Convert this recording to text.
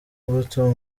mbuto